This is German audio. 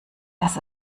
dass